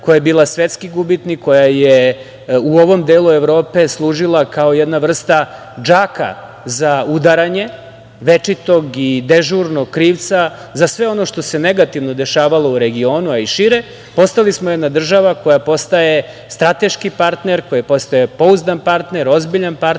koja je bila svetski gubitnik, koja je u ovom delu Evrope služila kao jedna vrsta džaka za udaranja, večitog i dežurnog krivca za sve ono što se negativno dešavalo u regionu, a i šire, postali smo jedna država koja postaje strateški partner, koja postaje pouzdan partner, ozbiljan partner